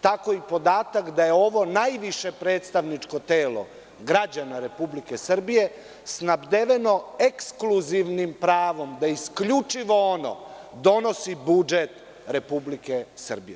Tako i podatak da je ovo najviše predstavničko telo građana Republike Srbije snabdeveno ekskluzivnim pravom da isključivo ono donosi budžet Republike Srbije.